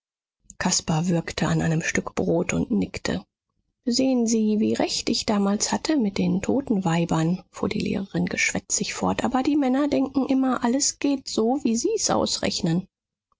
caspar würgte an einem stück brot und nickte sehen sie wie recht ich damals hatte mit den totenweibern fuhr die lehrerin geschwätzig fort aber die männer denken immer alles geht so wie sie's ausrechnen